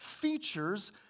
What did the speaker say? features